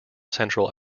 central